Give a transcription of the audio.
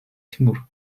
тимур